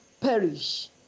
perish